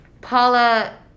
Paula